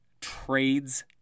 trades